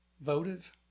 votive